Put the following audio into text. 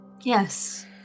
Yes